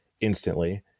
instantly